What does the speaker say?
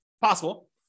possible